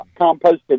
composted